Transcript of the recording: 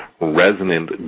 resonant